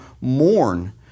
mourn